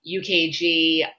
UKG